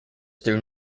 through